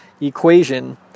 equation